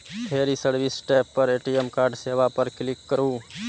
फेर ई service tab पर ए.टी.एम कार्ड सेवा पर क्लिक करू